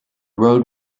road